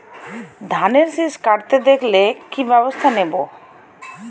ধানের শিষ কাটতে দেখালে কি ব্যবস্থা নেব?